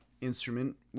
instrument